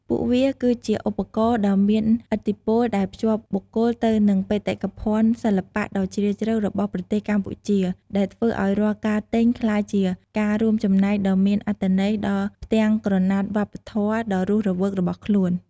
ពួកវាគឺជាឧបករណ៍ដ៏មានឥទ្ធិពលដែលភ្ជាប់បុគ្គលទៅនឹងបេតិកភណ្ឌសិល្បៈដ៏ជ្រាលជ្រៅរបស់ប្រទេសកម្ពុជា ដែលធ្វើឱ្យរាល់ការទិញក្លាយជាការរួមចំណែកដ៏មានអត្ថន័យដល់ផ្ទាំងក្រណាត់វប្បធម៌ដ៏រស់រវើករបស់ខ្លួន។